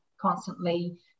constantly